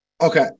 Okay